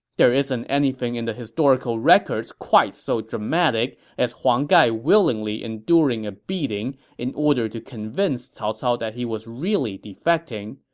there isn't anything in the historical records quite so dramatic as huang gai willingly enduring a beating in order to convince cao cao that he was really defecting,